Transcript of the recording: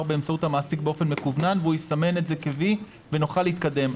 באמצעות המעסיק באופן מקוון והוא יסמן את זה ב-וי ונוכל להתקדם.